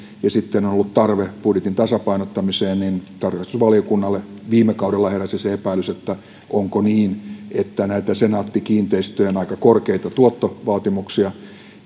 ja sitten on on ollut tarve budjetin tasapainottamiseen niin tarkastusvaliokunnalle viime kaudella heräsi se epäilys onko niin että näitä senaatti kiinteistöjen aika korkeita tuottovaatimuksia